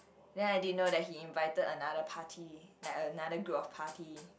then I didn't know that he invited another party like another group of party